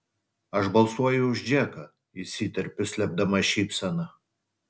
aš balsuoju už džeką įsiterpiu slėpdama šypseną